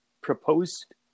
proposed